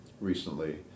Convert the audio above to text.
recently